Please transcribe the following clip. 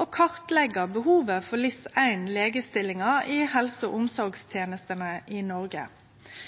å kartleggje behovet for LIS1-legestillingar i helse- og omsorgstenestene i Noreg.